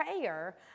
prayer